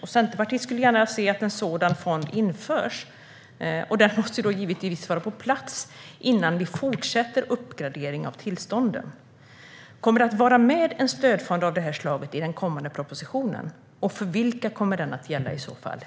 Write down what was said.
Centerpartiet skulle gärna se att en sådan fond införs, men den måste givetvis vara på plats innan vi fortsätter med uppgradering av tillstånden. Kommer det att finnas med en stödfond av det här slaget i den kommande propositionen, och för vilka kommer den i så fall att gälla?